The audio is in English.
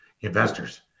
investors